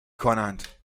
کنند